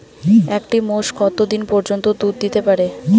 একটি মোষ কত দিন পর্যন্ত দুধ দিতে পারে?